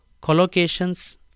collocations